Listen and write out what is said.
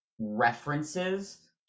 references